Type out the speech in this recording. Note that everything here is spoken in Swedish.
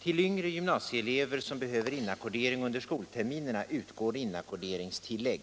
Till yngre gymnasieelever som behöver inackordering under skolterminerna utgår inackorderingstillägg.